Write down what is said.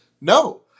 No